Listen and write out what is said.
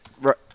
Right